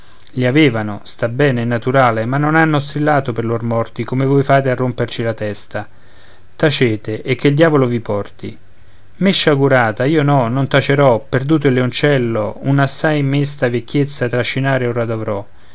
i avevano sta bene è naturale ma non hanno strillato pei lor morti come voi fate a romperci la testa tacete e che il diavolo vi porti me sciagurata io no non tacerò perduto il leoncello un'assai mesta vecchiezza trascinare ora dovrò